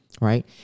right